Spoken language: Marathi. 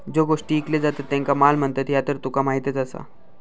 ज्यो गोष्टी ईकले जातत त्येंका माल म्हणतत, ह्या तर तुका माहीतच आसा